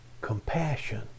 compassion